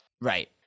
Right